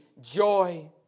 joy